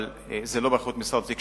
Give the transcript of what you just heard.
אבל זה לא באחריות משרד התקשורת,